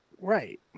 Right